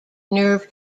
nerve